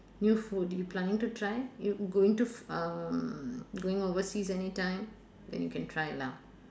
new food you planning to try you going to f~ um you going overseas anytime then you can try lah